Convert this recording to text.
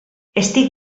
estic